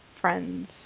Friends